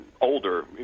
older